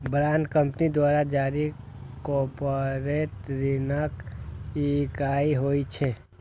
bond company द्वारा जारी corporate ऋणक इकाइ होइ छै